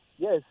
Yes